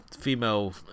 female